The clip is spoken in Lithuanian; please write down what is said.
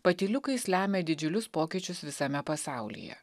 patyliukais lemia didžiulius pokyčius visame pasaulyje